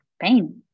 pain